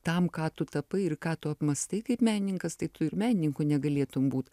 tam ką tu tapai ir ką tu apmąstai kaip menininkas tai tu ir menininku negalėtum būt